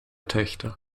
töchter